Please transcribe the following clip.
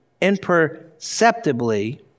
imperceptibly